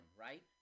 right